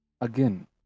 again